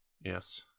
Yes